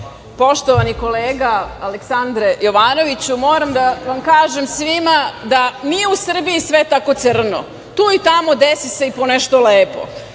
poštovani kolega Aleksandre Jovanoviću, moram da vam kažem svima da nije u Srbiji sve tako crno. Tu i tamo desi se i ponešto lepo. Evo